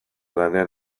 lanean